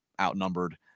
outnumbered